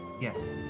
Yes